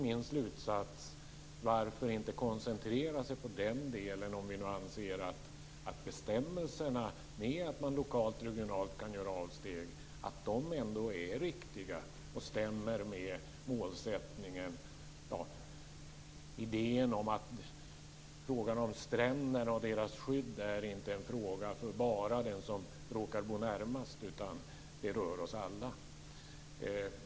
Min slutsats blir att vi ska koncentrera oss på den delen om vi anser att bestämmelserna om lokala och regionala avsteg ändå är riktiga och stämmer med idén att stränderna och deras skydd inte är en fråga bara för dem som råkar bo närmast utan berör oss alla.